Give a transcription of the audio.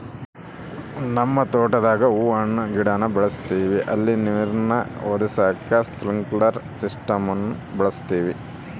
ನಮ್ ತೋಟುದಾಗ ಹೂವು ಹಣ್ಣಿನ್ ಗಿಡಾನ ಬೆಳುಸ್ತದಿವಿ ಅಲ್ಲಿ ನೀರ್ನ ಒದಗಿಸಾಕ ಸ್ಪ್ರಿನ್ಕ್ಲೆರ್ ಸಿಸ್ಟಮ್ನ ಬಳುಸ್ತೀವಿ